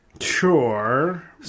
Sure